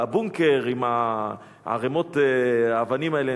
והבונקר עם ערימות האבנים האלה,